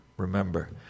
remember